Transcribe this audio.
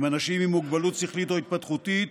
עם אנשים מוגבלות שכלית או התפתחותית